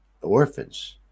orphans